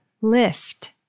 lift